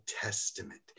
Testament